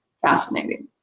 Fascinating